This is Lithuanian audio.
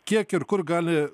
kiek ir kur gali